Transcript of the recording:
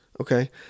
Okay